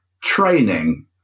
training